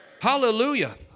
Hallelujah